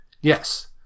Yes